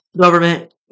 government